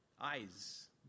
eyes